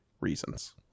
reasons